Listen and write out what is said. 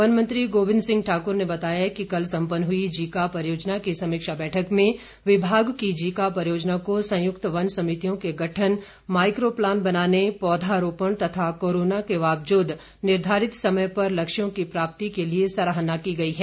one मंत्री गोविंद सिंह ठाकुर ने बताया कि कल संपन्न हुई जीका परियोजना की समीक्षा बैठक में विभाग की जीका परियोजना को संयुक्त वन समितियों के गठन माईको प्लान बनाने पौधारोपण तथा कोरोना के बावजूद निर्धारित समय पर लक्ष्यों की प्राप्ति के लिए सराहना की गई है